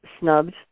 snubbed